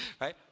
Right